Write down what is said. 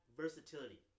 versatility